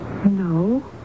No